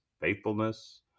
faithfulness